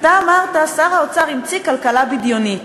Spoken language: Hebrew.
אתה אמרת: שר האוצר המציא כלכלה בדיונית,